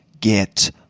get